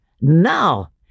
now